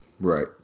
Right